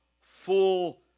full